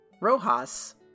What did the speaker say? Rojas